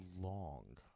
long